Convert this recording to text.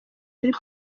kuri